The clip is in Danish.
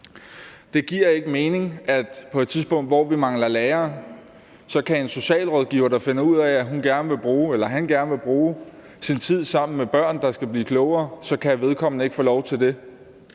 Det giver ikke mening på et tidspunkt, hvor vi mangler lærere, at en socialrådgiver, der finder ud af, at hun eller han gerne vil bruge sin tid sammen med børn, der skal blive klogere, ikke kan få lov til at